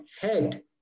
head